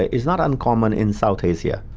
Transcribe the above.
is not uncommon in south asia,